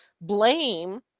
blame